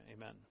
Amen